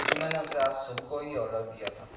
جی میں نے اسے آج صبح کو ہی آڈر دیا تھا